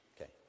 Okay